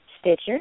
Stitcher